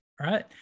right